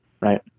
right